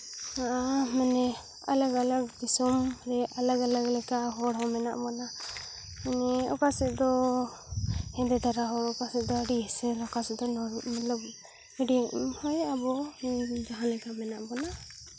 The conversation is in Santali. ᱢᱟᱱᱮ ᱟᱞᱟᱜᱽ ᱟᱞᱟᱜᱽ ᱫᱤᱥᱚᱢ ᱨᱮ ᱢᱟᱱᱮ ᱟᱞᱟᱜᱽ ᱟᱞᱟᱜᱽ ᱞᱮᱠᱟ ᱦᱚᱲ ᱦᱚᱸ ᱢᱮᱱᱟᱜ ᱵᱚᱱᱟ ᱱᱤᱭᱟᱹ ᱚᱠᱟ ᱥᱮᱫ ᱫᱚ ᱦᱮᱸᱫᱮ ᱫᱷᱟᱨᱟ ᱦᱚᱲ ᱠᱚ ᱚᱠᱟ ᱥᱮᱫ ᱫᱚ ᱟᱹᱰᱤ ᱮᱸᱥᱮᱞ ᱚᱠᱟ ᱥᱮᱫ ᱫᱚ ᱢᱤᱫ ᱳᱭ ᱟᱵᱚ ᱡᱟᱦᱟᱸ ᱞᱮᱠᱟ ᱢᱮᱱᱟᱜ ᱵᱚᱱᱟ